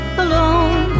alone